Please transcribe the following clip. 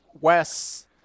Wes